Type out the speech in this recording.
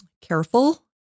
careful